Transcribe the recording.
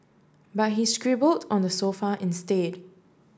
but he scribbled on the sofa instead